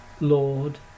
Lord